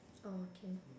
oh okay